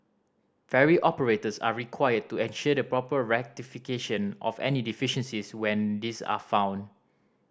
ferry operators are required to ensure the proper rectification of any deficiencies when these are found